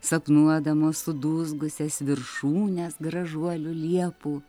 sapnuodamos sudūzgusias viršūnes gražuolių liepų